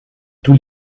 tous